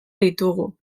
ditugu